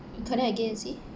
you connect again and see